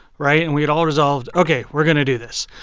right? and we had all resolved, ok, we're going to do this.